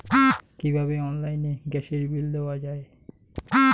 কিভাবে অনলাইনে গ্যাসের বিল দেওয়া যায়?